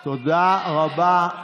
תודה, תודה רבה.